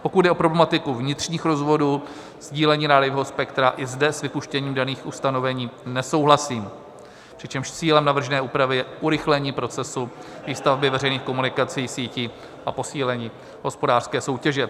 Pokud jde o problematiku vnitřních rozvodů, sdílení rádiového spektra, i zde s vypuštěním daných ustanovení nesouhlasím, přičemž cílem navržené úpravy je urychlení procesu výstavby veřejných komunikací, sítí a posílení hospodářské soutěže.